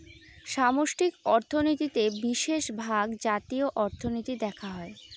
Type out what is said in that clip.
সামষ্টিক অর্থনীতিতে বিশেষভাগ জাতীয় অর্থনীতি দেখা হয়